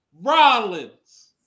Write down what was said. Rollins